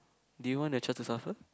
do you want the ~cher to suffer